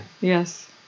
Yes